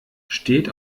steht